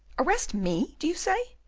arrest me, do you say?